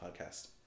Podcast